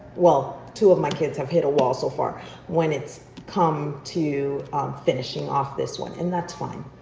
well, two of my kids have hit a wall so far when it come to finishing off this one and that's fine.